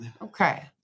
Okay